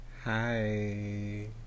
hi